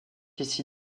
ici